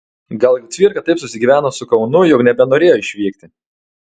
gal cvirka taip susigyveno su kaunu jog nebenorėjo išvykti